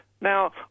Now